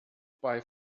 bei